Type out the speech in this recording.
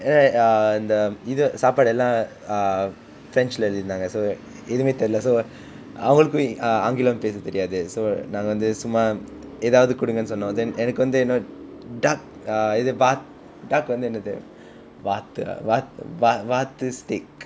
ah இந்த இது சாப்பாடு எல்லாம்:intha ithu saappaadu ellaam ah french இல்ல எழுதி இருந்தாங்க:illa eluthi irunthaanga so எதுமே தெரியில்ல:ethume theriyilla so அவனுக்கும்:avanukkum ah ஆங்கிலம் பேச தெரியாது:aangilam pesa theriyaathu so நாங்க வந்து சும்மா ஏதாவது கொடுங்கன்னு சொன்னும்:naanga vanthu summa aethaavathu kodungannu sonnum then எனக்கு வந்து இன்னும்:enakku vanthu innum duck ah எது வாத்:ethu vaat duck வந்து என்னது வாத்து வா வாத்து:vanthu ennathu vaatthu vaa vaatthu steak